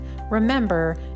Remember